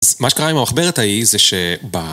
אז מה שקרה עם המחברת ההיא, זה שב...